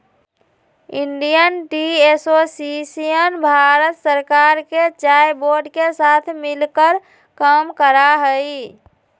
Indian Tea Association Bharat सरकार के चाय बोर्ड के साथ मिलकर काम करा हई